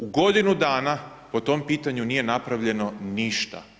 U godinu dana po tom pitanju nije napravljeno ništa.